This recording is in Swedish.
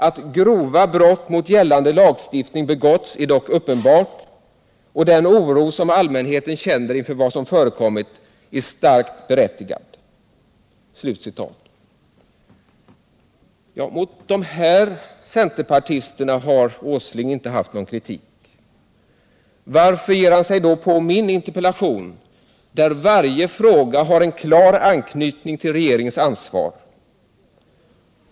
Att grova brott mot gällande lagstiftning har begåtts är dock uppenbart, och den oro som allmänheten känner inför vad som förekommit är starkt berättigad.” Mot de här centerpartisterna har Åsling inte haft någon kritik. Varför ger han sig då på min interpellation, där varje fråga har klar anknytning till regeringens ansvar?